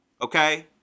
Okay